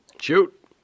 shoot